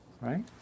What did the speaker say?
right